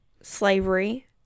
Slavery